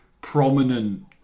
prominent